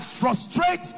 frustrate